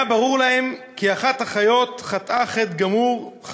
היה ברור להם כי אחת החיות חטאה חטא חמור,